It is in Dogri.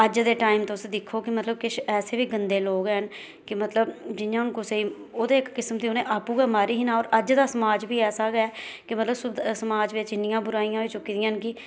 अज्ज दे टाइम तुस दिक्खो कि मतलब किश ऐसे बी गंदे लोक हैन कि मतलब जियां हून कुसैगी ओह् ते इक किस्म दी उनें आपूं गै मारी दी ही ना ते अद दा समाज बी ऐसा गै है मतलब समाज बिच इन्नियां बुराइयां होई चुकी दिया कि